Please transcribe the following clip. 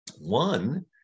One